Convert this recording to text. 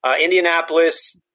Indianapolis